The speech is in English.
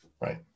Right